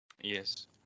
Yes